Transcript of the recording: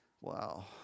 Wow